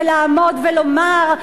ולעמוד ולומר: